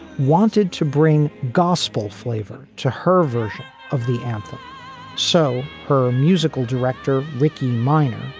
wanted to bring gospel flavor to her version of the anthem so her musical director, rickey minor,